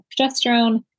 progesterone